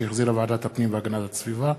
שהחזירה ועדת הפנים והגנת הסביבה.